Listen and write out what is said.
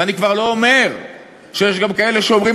ואני כבר לא אומר שיש גם כאלה שאומרים